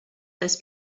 this